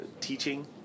teaching